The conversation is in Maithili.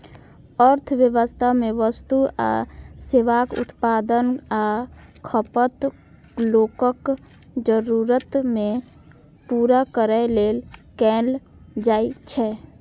अर्थव्यवस्था मे वस्तु आ सेवाक उत्पादन आ खपत लोकक जरूरत कें पूरा करै लेल कैल जाइ छै